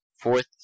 fourth